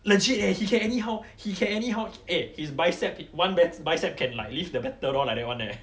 legit eh he can anyhow he can anyhow eh his biceps one biceps can like lift the battalion like that [one] eh